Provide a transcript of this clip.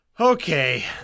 Okay